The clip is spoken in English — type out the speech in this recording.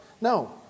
No